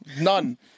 None